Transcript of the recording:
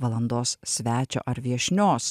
valandos svečio ar viešnios